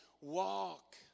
walk